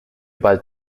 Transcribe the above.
bald